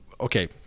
okay